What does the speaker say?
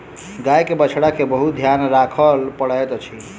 गाय के बछड़ा के बहुत ध्यान राखअ पड़ैत अछि